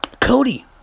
Cody